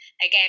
Again